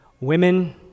women